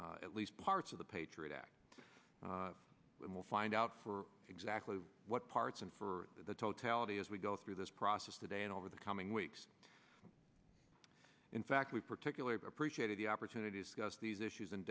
at least parts of the patriot act we will find out for exactly what parts and for the totality as we go through this process today and over the coming weeks in fact we particularly appreciated the opportunity because these issues in